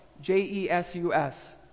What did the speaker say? J-E-S-U-S